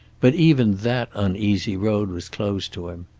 but even that uneasy road was closed to him.